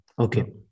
Okay